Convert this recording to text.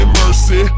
mercy